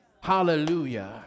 hallelujah